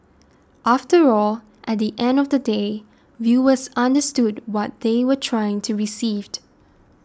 after all at the end of the day viewers understood what they were trying to received